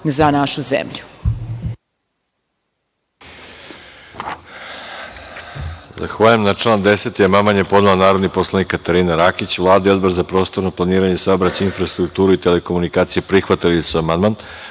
za našu zemlju.